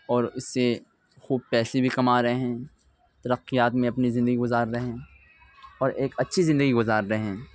اور اس سےخوب پیسے بھی کما رہے ہیں ترقیات میں اپنی زندگی گزار رہے ہیں اور ایک اچّھی زندگی گزار رہے ہیں